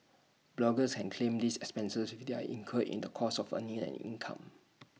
bloggers can claim these expenses if they are incurred in the course of earning an income